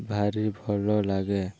ଭାରି ଭଲ ଲାଗେ